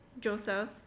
Joseph